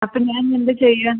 അപ്പം ഞാൻ ഇനി എന്താ ചെയ്യാ